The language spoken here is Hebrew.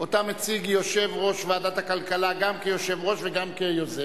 חבר הכנסת ציון פיניאן.